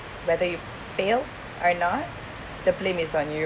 whether you fail or not the blame is on you